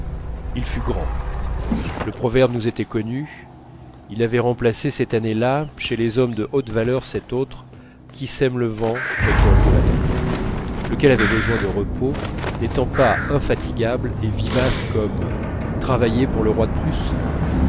il fut grand le proverbe nous était connu il avait remplacé cette année-là chez les hommes de haute valeur cet autre qui sème le vent récolte la tempête lequel avait besoin de repos n'étant pas infatigable et vivace comme travailler pour le roi de prusse